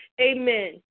Amen